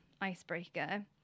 icebreaker